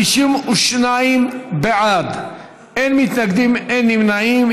52 בעד, אין מתנגדים, אין נמנעים.